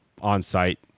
on-site